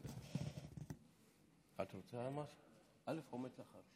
הקורונה החדש (הוראת שעה) (הגבלת פעילות במקומות עבודה).